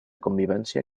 convivència